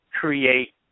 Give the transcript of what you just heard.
create